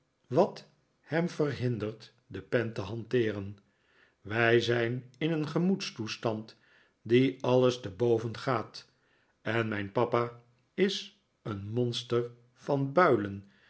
wat hem verhindert de pen te hanteeren wij zijn in een gemoedstoestand die alles te boven gaat en mijn papa is een monster van builen